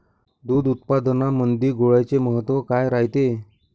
दूध उत्पादनामंदी गुळाचे महत्व काय रायते?